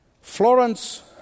Florence